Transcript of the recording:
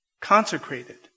consecrated